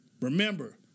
Remember